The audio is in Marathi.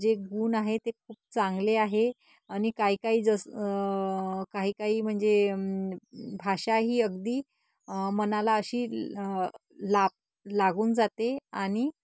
जे गुण आहे ते खूप चांगले आहे आणि काही काही जस काही काही म्हणजे भाषा ही अगदी मनाला अशी ला लागून जाते आणि